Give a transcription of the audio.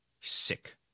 Sick